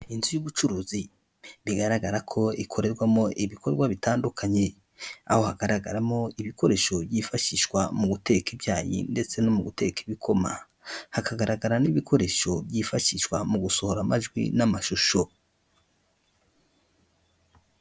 Inzu y'ubucuruzi bigaragara ko ikorerwamo ibikorwa bitandukanye, aho hagaragaramo ibikoresho byifashishwa mu guteka ibyayi ndetse no mu guteka ibikoma, hakagaragara n'ibikoresho byifashishwa mu gusohora amajwi n'amashusho.